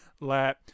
let